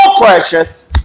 precious